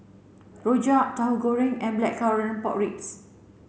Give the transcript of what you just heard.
Rojak Tauhu Goreng and blackcurrant pork ribs